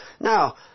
Now